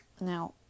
Now